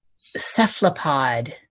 cephalopod